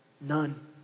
none